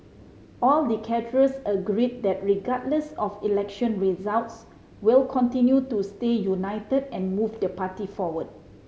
all the cadres agree that regardless of election results we'll continue to stay united and move the party forward